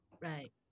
Right